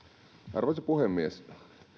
arvoisa puhemies